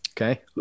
Okay